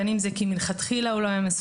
בין אם זה כי מלכתחילה הוא לא היה מסוכן,